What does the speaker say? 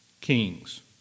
kings